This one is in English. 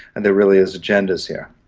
there really is agendas here.